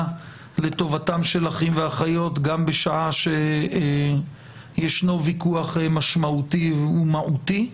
לטובתם של אחים ואחיות גם בשעה שישנו ויכוח משמעותי ומהותי.